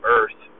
Earth